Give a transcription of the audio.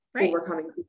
overcoming